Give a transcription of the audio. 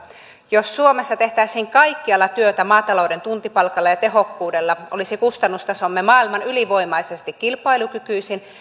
jos suomessa tehtäisiin kaikkialla työtä maatalouden tuntipalkalla ja tehokkuudella olisi kustannustasomme maailman ylivoimaisesti kilpailukykyisin